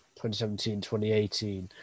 2017-2018